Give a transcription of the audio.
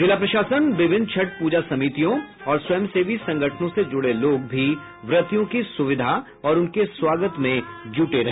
जिला प्रशासन विभिन्न छठ प्रजा समितियों और स्वयं सेवी संगठनों से जुड़े लोग भी व्रतियों की सुविधा और उनके स्वागत में जुटे रहे